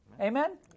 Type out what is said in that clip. Amen